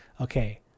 okay